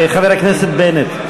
חבר הכנסת בנט.